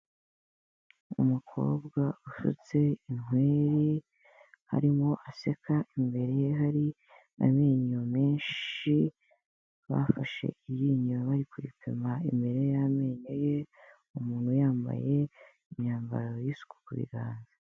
Umukobwa usutse intweri, arimo aseka imbere ye hari amenyo menshi, bafashe iryinyo bari kuripima imbere y'amenyo ye, uwo muntu yambaye imyambaro y'isuku ku biganza.